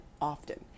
often